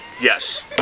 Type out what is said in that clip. Yes